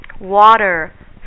water